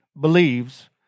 believes